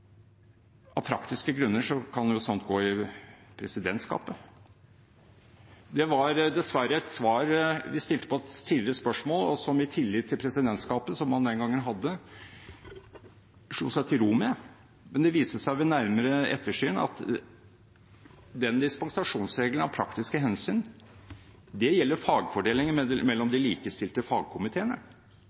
av praktiske grunner kan slikt gå i presidentskapet. Det var dessverre et svar på et spørsmål vi stilte tidligere, og som man i tillit til presidentskapet – som man den gangen hadde – slo seg til ro med. Men det viste seg ved nærmere ettersyn at denne dispensasjonsregelen av praktiske hensyn gjelder fagfordelingen mellom de likestilte fagkomiteene.